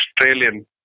Australian